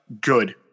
good